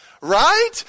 right